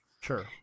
Sure